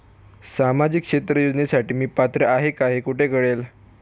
सामाजिक क्षेत्र योजनेसाठी मी पात्र आहे का हे कुठे कळेल?